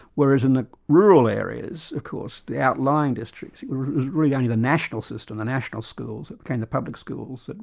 whereas in the rural areas of course, the outlying districts, it was really only the national system, the national schools became the public schools, and